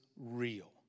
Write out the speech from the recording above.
real